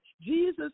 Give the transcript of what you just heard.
Jesus